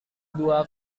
dua